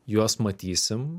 juos matysim